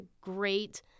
great